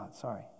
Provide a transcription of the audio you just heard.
sorry